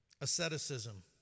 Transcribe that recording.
asceticism